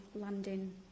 landing